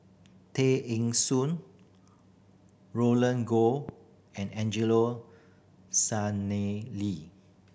Tay Eng Soon Roland Goh and Angelo Sanelli